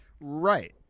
Right